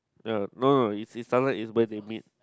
uh no no is is sometimes is burn they made